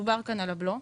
דובר כאן על הבלו.